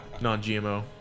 non-GMO